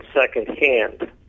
secondhand